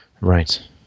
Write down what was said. Right